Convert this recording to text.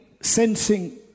sensing